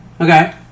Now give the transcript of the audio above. Okay